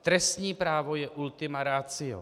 Trestní právo je ultima ratio.